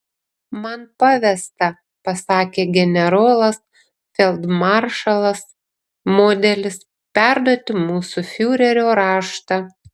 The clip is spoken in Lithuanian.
man pavesta pasakė generolas feldmaršalas modelis perduoti mūsų fiurerio raštą